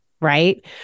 Right